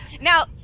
Now